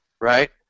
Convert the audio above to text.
Right